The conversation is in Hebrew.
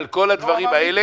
-- על כל הדברים אלה,